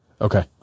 Okay